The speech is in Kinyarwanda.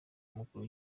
umukuru